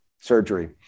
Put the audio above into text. surgery